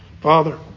Father